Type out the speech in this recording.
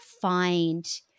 find